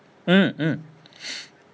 mm mm